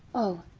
oh,